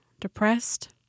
depressed